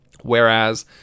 Whereas